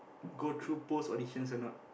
go through post audition or not